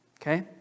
okay